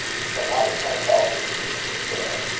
you shall not repent helping me in this affair.